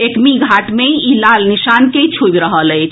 एकमीघाट मे ई लाल निशान के छूबि रहल अछि